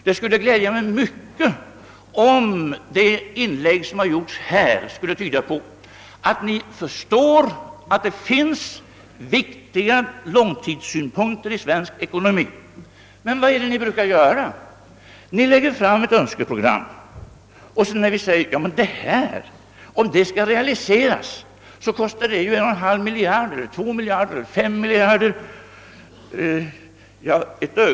Det skulle glädja mig mycket om de inlägg, som nu gjorts, tyder på att ni förstår att det finns viktiga långtidssynpunkter i svensk ekonomi. Men vad är det ni brukar göra? Jo, ni lägger fram ett önskeprogram och vi får sedan tala om vad ett realiserande av det skulle kosta, t.ex. 12/2, 2 eller 5 miljarder.